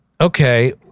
Okay